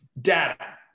data